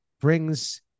brings